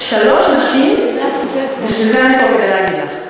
שלוש נשים, בשביל זה אני פה, כדי להגיד לך.